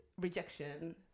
rejection